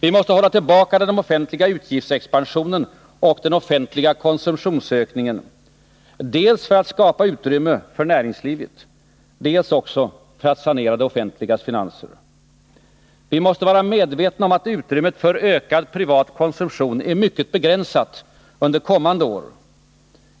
Vi måste hålla tillbaka den offentliga utgiftsexpansionen och den offentliga konsumtionsökningen dels för att skapa utrymme för näringslivet, dels också för att sanera det offentligas finanser. Vi måste vara medvetna om att utrymmet för ökad privat konsumtion är mycket begränsat under kommande år.